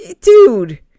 dude